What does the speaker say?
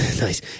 nice